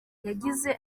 yagize